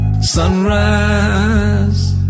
Sunrise